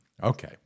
okay